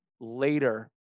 later